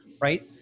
right